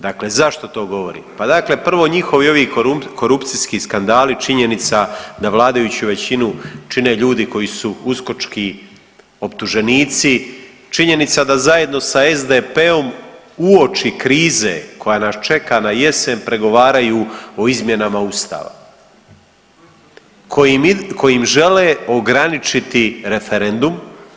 Dakle, zašto to govorim pa dakle prvo njihovi ovi korupcijski skandali i činjenica da vladajuću većinu čine ljudi koji su uskočki optuženici, činjenica da zajedno sa SDP-om uoči krize koja nas čeka na jesen pregovaraju o izmjenama Ustava kojim žele ograničiti referendum.